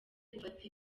ufata